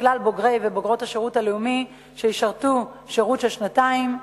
לכלל בוגרי ובוגרות השירות הלאומי שישרתו שירות של שנתיים,